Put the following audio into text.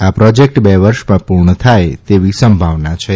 આ પ્રાજેક્ટ બે વર્ષમાં પૂર્ણ થાય તેવી સંભાવનાછે